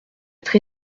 être